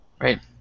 Right